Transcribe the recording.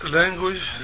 language